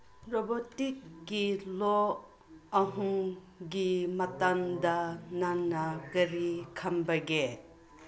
ꯔꯣꯕꯣꯇꯤꯛꯀꯤ ꯂꯣ ꯑꯍꯨꯝꯒꯤ ꯃꯇꯥꯡꯗ ꯅꯪꯅ ꯀꯔꯤ ꯈꯪꯕꯒꯦ